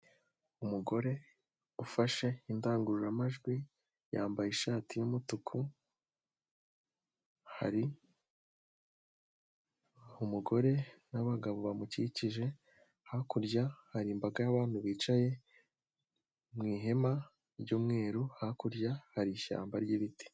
Umugore ufashe indangururamajwi, yambaye ishati y'umutuku hari umugore n'abagabo bamukikije, hakurya hari imbaga y'abantu bicaye mu ihema ry'umweru, hakurya hari ishyamba ry'ibiti.